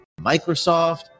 Microsoft